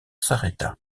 s’arrêta